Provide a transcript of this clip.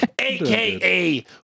aka